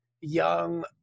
young